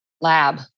lab